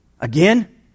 Again